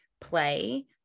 play